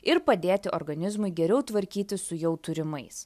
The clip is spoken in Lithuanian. ir padėti organizmui geriau tvarkytis su jau turimais